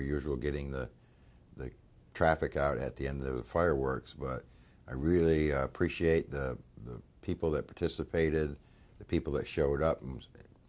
usual getting the the traffic out at the end of the fireworks but i really appreciate the people that participated the people that showed up moms